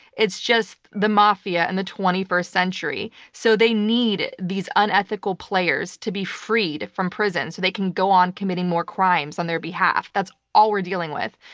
it's just the mafia in and the twenty first century, so they need these unethical players to be freed from prison so they can go on committing more crimes on their behalf. that's all we're dealing with,